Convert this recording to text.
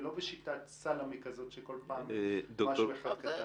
ולא בשיטת סלמי כזאת שכל פעם משהו אחד.